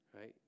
right